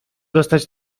dostać